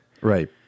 Right